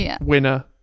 Winner